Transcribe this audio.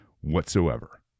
whatsoever